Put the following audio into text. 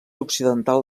occidental